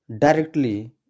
directly